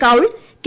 Kaul K